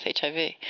HIV